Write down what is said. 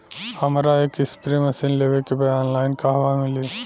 हमरा एक spray machine लेवे के बा ऑनलाइन कहवा मिली?